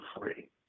free